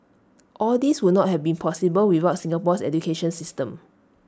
all these would not have been possible without Singapore's education system